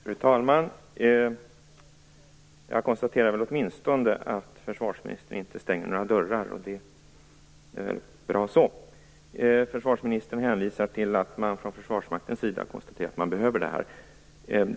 Fru talman! Jag konstaterar att försvarsministern åtminstone inte stänger några dörrar, och det är väl bra så. Försvarsministern hänvisar till att man från försvarsmaktens sida har konstaterat att man behöver det här.